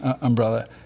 Umbrella